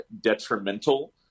detrimental